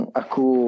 aku